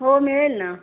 हो मिळेल ना